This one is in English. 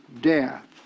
death